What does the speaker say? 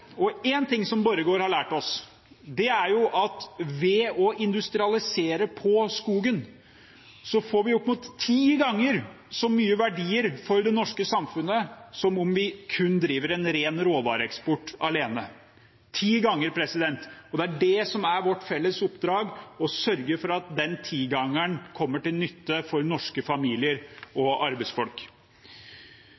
ting som Borregaard har lært oss, er at ved å industrialisere skogen får vi opp mot ti ganger så store verdier for det norske samfunnet som om vi kun driver en ren råvareeksport. Det er det som er vårt felles oppdrag: å sørge for at den ti-gangeren kommer til nytte for norske familier og